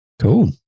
Cool